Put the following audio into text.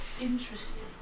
interesting